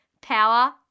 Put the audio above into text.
power